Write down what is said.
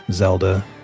Zelda